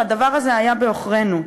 והדבר הזה היה בעוכרינו.